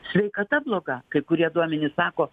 sveikata bloga kai kurie duomenys sako